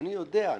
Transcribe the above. אדוני יודע,